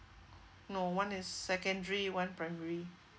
no one is secondary one primary